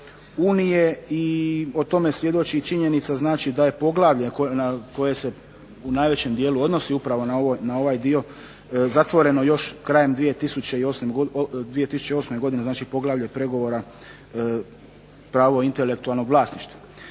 unije i o tome svjedoči i činjenica znači da je poglavlje koje se u najvećem dijelu odnosi upravo na ovaj dio zatvoreno još krajem 2008. godine, znači poglavlje pregovora pravo intelektualnog vlasništva.